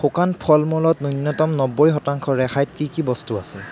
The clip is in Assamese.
শুকান ফল মূলত ন্যূনতম নব্বৈ শতাংশ ৰেহাইত কি কি বস্তু আছে